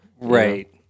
Right